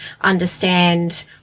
understand